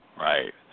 Right